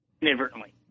inadvertently